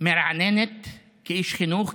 מרעננת כאיש חינוך,